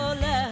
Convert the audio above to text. love